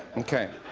okay.